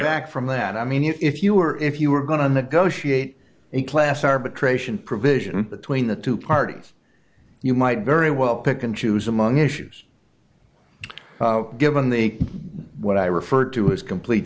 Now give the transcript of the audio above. their act from that i mean if you were if you were going to negotiate a class arbitration provision between the two parties you might very well pick and choose among issues given the what i refer to is complete